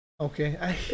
okay